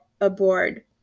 aboard